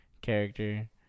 character